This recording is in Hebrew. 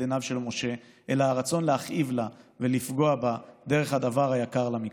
עיניו של משה אלא הרצון להכאיב לה ולפגוע בה דרך הדבר היקר לה מכול.